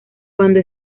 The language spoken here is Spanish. cuando